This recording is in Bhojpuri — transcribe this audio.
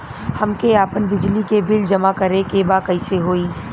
हमके आपन बिजली के बिल जमा करे के बा कैसे होई?